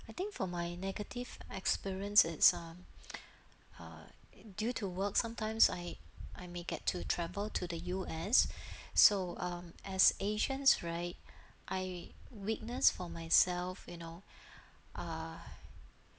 I think for my negative experience it's um uh due to work sometimes I I may get to travel to the U_S so um as asians right I witness for myself you know uh